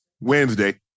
Wednesday